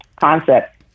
concept